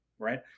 Right